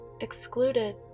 excluded